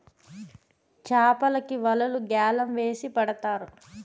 చాపలకి వలలు గ్యాలం వేసి పడతారు